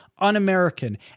Un-American